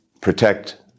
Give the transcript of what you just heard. protect